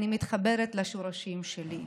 אני מתחברת לשורשים שלי.